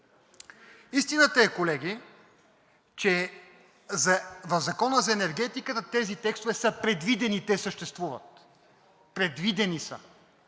Истината е, колеги, че в Закона за енергетиката тези текстове са предвидени, те съществуват. Предвидени са.